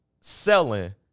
selling